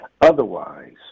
Otherwise